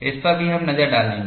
इस पर भी हमारी नजर रहेगी